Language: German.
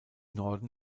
norden